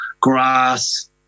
grass